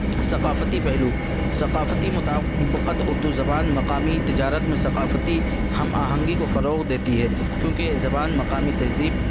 ثقافتی پہلو ثقافتی مطابقت اردو زبان مقامی تجارت میں ثقافتی ہم آہنگی کو فروغ دیتی ہے کیوںکہ زبان مقامی تہذیب